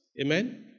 Amen